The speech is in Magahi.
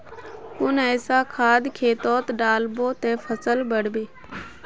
कुन ऐसा खाद खेतोत डालबो ते फसल बढ़बे?